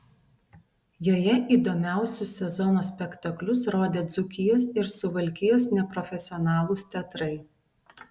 joje įdomiausius sezono spektaklius rodė dzūkijos ir suvalkijos neprofesionalūs teatrai